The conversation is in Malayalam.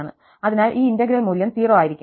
അതിനാൽ ഈ ഇന്റഗ്രൽ മൂല്യം 0 ആയിരിക്കും